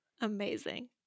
amazing